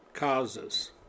causes